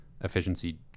efficiency